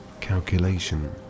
calculation